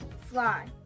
fly